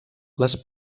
les